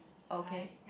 okay